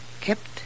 kept